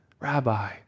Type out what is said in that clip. Rabbi